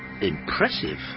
Impressive